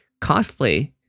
cosplay